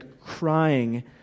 crying